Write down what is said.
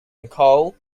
nicole